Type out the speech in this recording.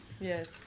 Yes